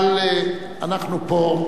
אבל אנחנו פה,